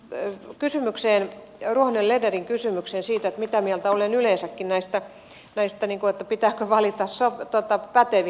mutta tuohon ruohonen lernerin kysymykseen siitä mitä mieltä olen yleensäkin tästä pitääkö valita pätevin